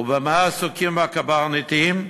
ובמה עסוקים הקברניטים?